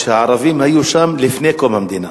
והערבים היו שם לפני קום המדינה,